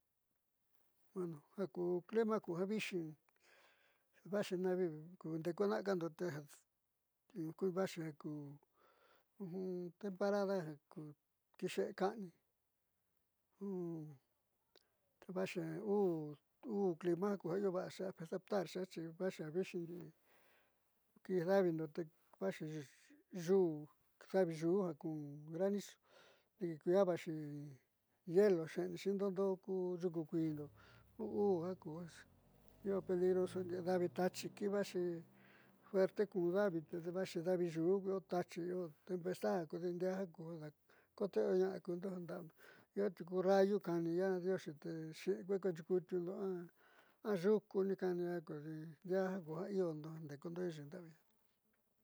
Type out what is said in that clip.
Ja ku clima ku ja viixi vaxi ja ku temporada ja kixe'e ka'ani vaxi uu clima ku ja io va'axi afectarxi xi vaxi ja vixi kijdáauindo te vaxi yuu daviyuu ja ku granizo diki kui'ia vaxi hielo xe'enixi ndoo ndoó ku yuku kui'indo u'u jiaa io peligroso ndii davi tachi ki vaxi fuerte kun davi te dodi vaxi davi yuu io tachi io tempestad kodi ndiaá ja ku daakoto i'ioña'a kuundo ja nda'avindo io tiuku rayo kaaniya ndioxi te xi'i kuee chikutiundo a yuku ni kaniya kodi ndiaa jiaa ku ja iyondo jandekundo ayiiv janda'av.